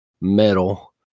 metal